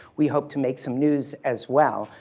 we hope to make some news as well.